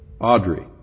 Audrey